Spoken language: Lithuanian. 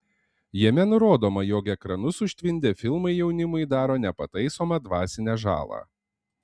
jame nurodoma jog ekranus užtvindę filmai jaunimui daro nepataisomą dvasinę žalą